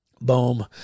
boom